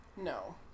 No